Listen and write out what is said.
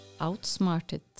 outsmarted